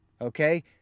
Okay